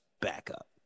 backup